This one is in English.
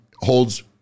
holds